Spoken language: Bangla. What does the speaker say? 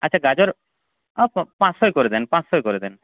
আচ্ছা গাজর পাঁচশোই করে দিন পাঁচশোই করে দিন